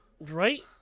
Right